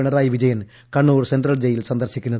Pinarayi Vijayan Kannur central jail സന്ദർശിക്കുന്നത്